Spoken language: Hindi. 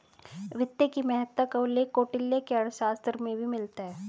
वित्त की महत्ता का उल्लेख कौटिल्य के अर्थशास्त्र में भी मिलता है